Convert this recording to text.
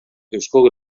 eusko